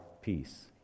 peace